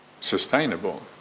sustainable